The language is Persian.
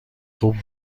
خوب